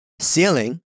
ceiling